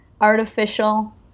artificial